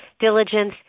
diligence